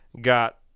got